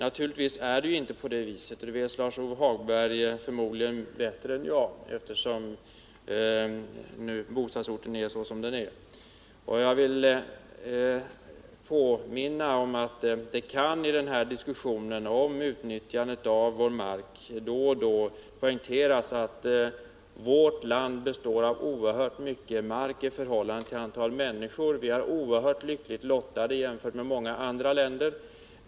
Naturligtvis är det inte på det viset, och det vet Lars-Ove Hagberg förmodligen bättre än jag med tanke på våra bostadsorter. Jag vill påminna om att det i denna diskussion om utnyttjandet av vår mark då och då bör poängteras att vårt land består av oerhört mycket mark i förhållande till antalet människor. Vi är oerhört lyckligt lottade jämfört med många andra länder.